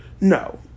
No